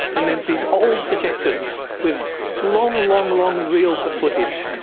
and there's these old projectors with long, long long reels of footage,